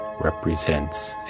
represents